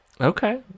Okay